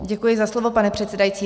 Děkuji za slovo, pane předsedající.